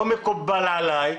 לא מקובל עליי.